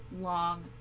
long